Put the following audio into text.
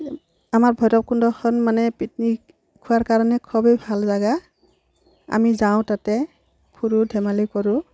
আমাৰ ভৈৰৱকুণ্ডখন মানে পিকনিক খোৱাৰ কাৰণে খুবেই ভাল জেগা আমি যাওঁ তাতে ফুৰোঁ ধেমালি কৰোঁ